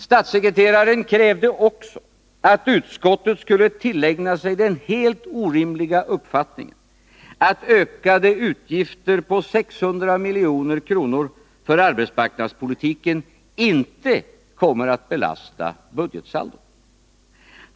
Statssekreteraren krävde också att utskottet skulle tillägna sig den helt orimliga uppfattningen, att ökade utgifter på 600 milj.kr. för arbetsmarknadspolitiken inte kommer att belasta budgetsaldot.